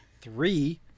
three